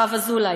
הרב אזולאי?